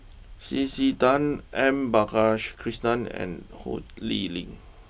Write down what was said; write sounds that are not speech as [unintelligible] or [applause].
C C Tan M [unintelligible] and Ho Lee Ling